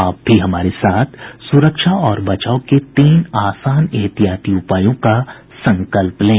आप भी हमारे साथ सुरक्षा और बचाव के तीन आसान एहतियाती उपायों का संकल्प लें